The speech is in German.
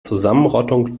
zusammenrottung